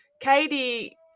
Katie